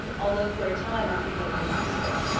although for a time i can make no use of it.